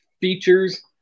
features